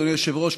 אדוני היושב-ראש,